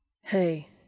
Hey